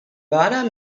mörder